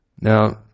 Now